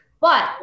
But-